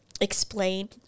explain